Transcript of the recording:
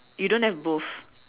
you don't have both